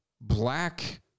black